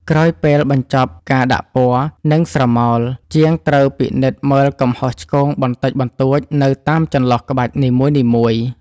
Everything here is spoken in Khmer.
ក្រោយពេលបញ្ចប់ការដាក់ពណ៌ និងស្រមោល ជាងត្រូវពិនិត្យមើលកំហុសឆ្គងបន្តិចបន្តួចនៅតាមចន្លោះក្បាច់នីមួយៗ។